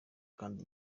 kandi